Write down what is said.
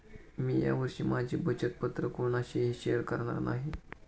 मी या वर्षी माझी बचत पत्र कोणाशीही शेअर करणार नाही